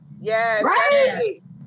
yes